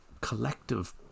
collective